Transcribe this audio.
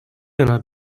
yana